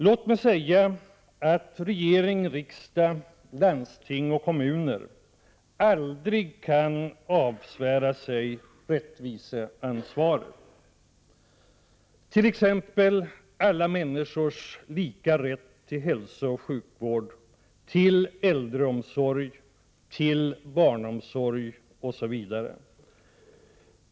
Låt mig säga att regering, riksdag, landsting och kommuner aldrig kan avsvära sig rättviseansvaret, t.ex. för alla människors lika rätt till hälsa och sjukvård, äldreomsorg och barnomsorg, osv.